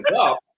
up